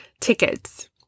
tickets